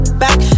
back